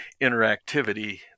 interactivity